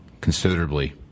considerably